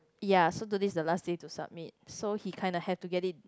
ya so today is the last day to submit so he kind of have to get it